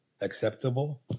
acceptable